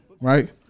right